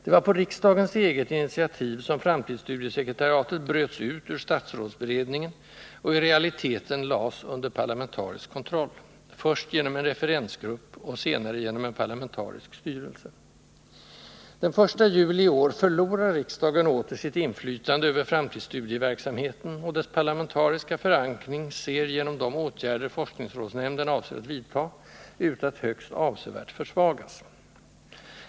Det var på riksdagens eget initiativ som framtidsstudiesekretariatet bröts ut ur statsrådsberedningen och i realiteten lades under parlamentarisk kontroll, först genom en referensgrupp och senare genom en parlamentarisk styrelse. Den 1 juli i år förlorar riksdagen åter sitt inflytande över framtidsstudieverksamheten, och dess parlamentariska förankring ser — genom de åtgärder som forskningsrådsnämnden avser att vidtaga — ut att högst avsevärt försvagas.